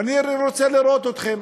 ואני רוצה לראות אתכם,